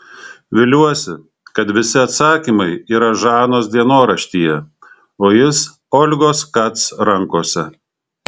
viliuosi kad visi atsakymai yra žanos dienoraštyje o jis olgos kac rankose